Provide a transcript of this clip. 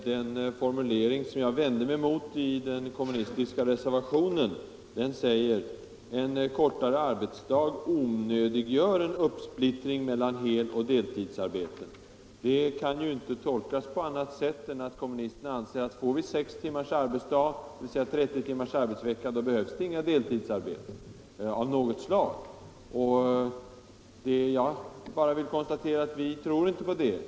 Herr talman! Den formulering jag vände mig mot i den kommunistiska reservationen var: ”En kortare arbetsdag onödiggör en uppsplittring mellan heloch deltidsarbeten —---.” Det kan inte tolkas på annat sätt än att kommunisterna anser, att om de får sex timmars arbetsdag, dvs. 30 timmars arbetsvecka, så behövs inga deltidsarbeten av något slag. Jag bara konstaterar att vi inte tror på det.